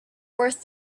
worth